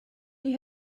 you